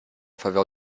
faveur